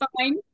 fine